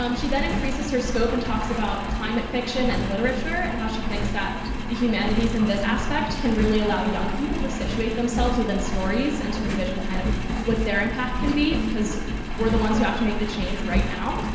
um she then increase her scope and talks about climate fiction and literature and how she thinks that the humanities in this aspect can really allow young people to situate themselves within stories and to envision kind of what their impact can be, because we're the ones who have to make the change right now.